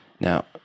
Now